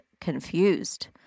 confused